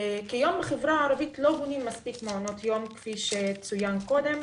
כיום בחברה הערבית לא בונים מספיק מעונות יום כפי שצוין קודם,